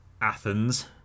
Athens